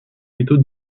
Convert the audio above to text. métaux